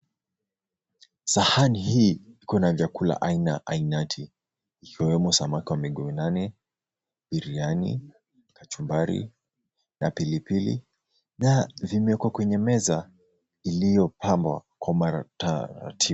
Sahani hii iko na vyakula aina ainati ikiwemo samaki wa miguu minane, biriani, kachumbari na pilipili na vimewekwa kwenye meza iliyopambwa kwa taratibu.